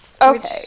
Okay